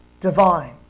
divine